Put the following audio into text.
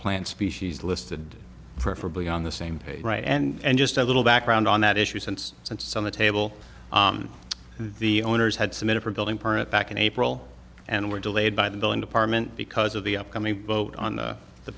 plant species listed preferably on the same page right and just a little background on that issue since some the table the owners had submitted for building permit back in april and were delayed by the billing department because of the upcoming vote on the